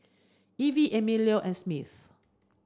Ivey Emilio and Smith